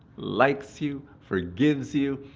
likes you, forgives you,